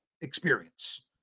experience